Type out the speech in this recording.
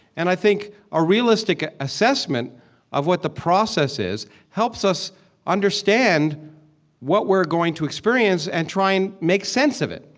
and i think a realistic ah assessment of what the process is helps us understand what we're going to experience and try and make sense of it.